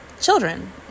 children